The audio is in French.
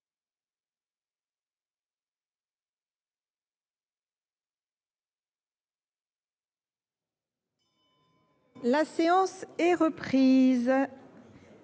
La séance est reprise.